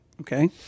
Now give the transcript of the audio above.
Okay